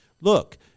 look